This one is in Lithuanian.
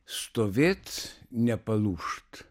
stovėt nepalūžt